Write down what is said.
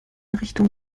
richtung